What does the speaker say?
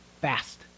fast